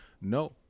No